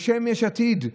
בשם יש עתיד,